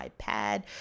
iPad